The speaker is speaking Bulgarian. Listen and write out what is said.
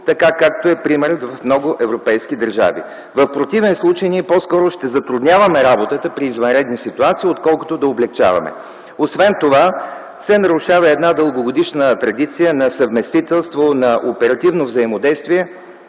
какъвто е примерът в много европейски държави. В противен случай ние по-скоро ще затрудняваме работата при извънредни ситуации, отколкото да я облекчаваме. Освен това се нарушава една дългогодишна традиция на съвместителство, на оперативно взаимодействие,